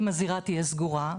אם הזירה תהיה סגורה,